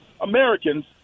Americans